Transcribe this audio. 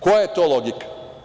Koja je to logika?